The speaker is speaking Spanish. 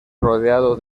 rodeado